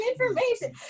information